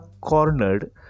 cornered